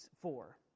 four